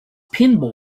pinball